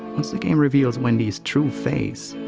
once the game reveals wendy's true face,